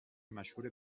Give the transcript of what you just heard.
مشهور